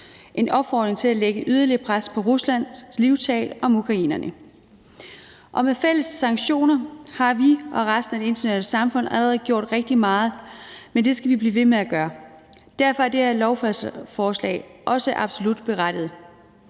en opfordring til at lægge yderligere pres på Ruslands livtag om ukrainerne, og med fælles sanktioner har vi og resten af det internationale samfund allerede gjort rigtig meget, men det skal vi blive ved med at gøre. Derfor er det her lovforslag også absolut berettiget.